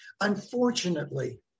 Unfortunately